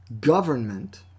government